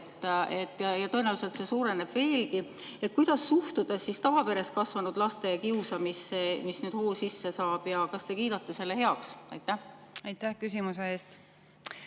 Tõenäoliselt see suureneb veelgi. Kuidas suhtuda siis tavaperes kasvavate laste kiusamisse, mis nüüd hoo sisse saab, ja kas te kiidate selle heaks? Aitäh küsimuse eest!